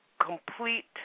complete